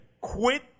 quit